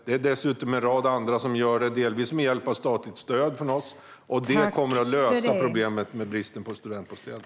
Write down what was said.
Det är dessutom en rad andra som bygger studentbostäder, delvis med hjälp av statligt stöd. Det kommer att lösa problemet med bristen på studentbostäder.